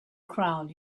crowd